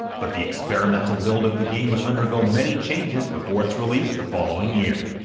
but the experimental build of the game would undergo many changes before its release the following year.